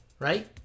Right